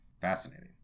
Fascinating